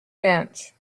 bench